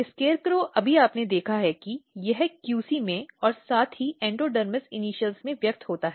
SCARECROW अभी आपने देखा है कि यह QC में और साथ ही एंडोडर्मिस इनिशियल में व्यक्त होता है